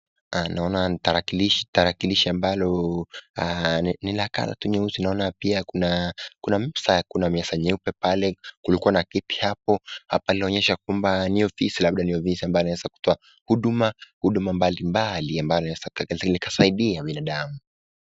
Naona tarakilishi ambalo ni la colour tu nyeusi, naona pia kuna meza, kuna meza nyeupe pale, kulikuwa na kiti hapo, pale inaonyesha kwamba ni ofisi, labda ni ofisi ambayo inaweza kutoa huduma mbalimbali ambayo inaweza kusaidia binadamu.